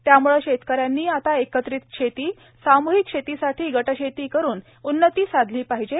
त्याम्ळे शेतकऱ्यांनी आता एकत्रित शेती साम्हिक शेतीसाठी गट शेती करून उन्नती साधली पाहिजे